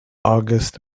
august